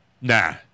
Nah